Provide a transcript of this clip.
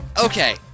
Okay